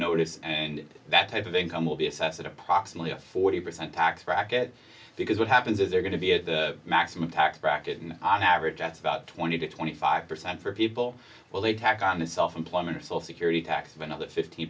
notice and that type of income will be assassin approximately a forty percent tax bracket because what happens is they're going to be at the maximum tax bracket and on average that's about twenty to twenty five percent for people when they tack on a self employment or so security tax of another fift